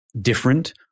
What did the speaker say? different